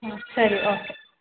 ಹಾಂ ಸರಿ ಓಕೆ